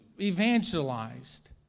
evangelized